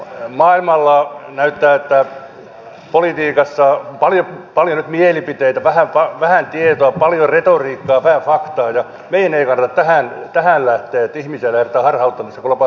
maailmalla näyttää että politiikassa on paljon nyt mielipiteitä vähän tietoa paljon retoriikkaa vähän faktaa ja meidän ei kannata tähän lähteä että ihmisiä lähdetään harhauttamaan tässä globaalissa rakennemuutoksessa